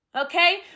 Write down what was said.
Okay